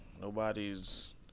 nobody's